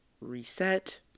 reset